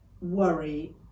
worry